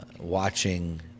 watching